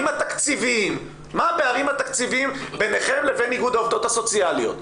התקציביים ביניכם ובין איגוד העובדות הסוציאליות,